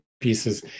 pieces